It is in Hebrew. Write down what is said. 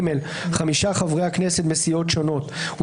חמישה חברי הכנסת מסיעות שונות,